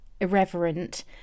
irreverent